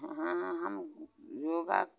हाँ हाँ हम योगा